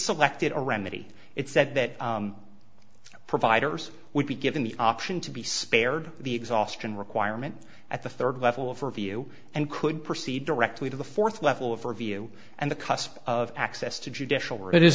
selected a remedy it said that providers would be given the option to be spared the exhaustion requirement at the third level of review and could proceed directly to the fourth level of review and the cusp of access to judicial or it is